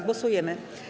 Głosujemy.